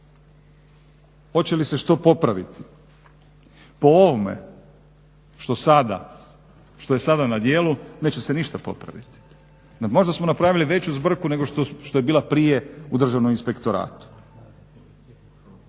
Hoće li se što popraviti? Po ovome što je sada na djelu neće se ništa popraviti. Možda smo napravili veću zbrku nego što je bila prije u Državnom inspektoratu.